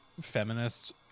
feminist